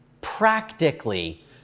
practically